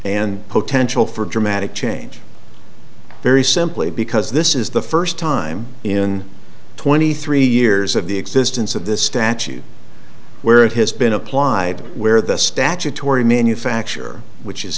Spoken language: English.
and potential for dramatic change very simply because this is the first time in twenty three years of the existence of this statute where it has been applied where the statutory manufacture which is